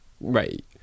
Right